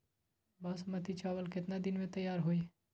बासमती चावल केतना दिन में तयार होई?